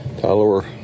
Tyler